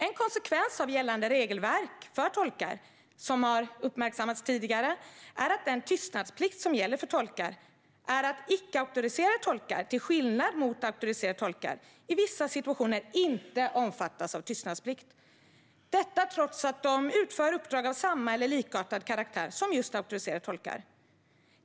En konsekvens av gällande regelverk för tolkar är att icke auktoriserade tolkar i vissa situationer inte omfattas av tystnadsplikt, till skillnad från auktoriserade tolkar, trots att de utför uppdrag av samma eller likartad karaktär som just auktoriserade tolkar.